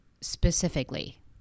specifically